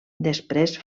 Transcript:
després